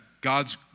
God's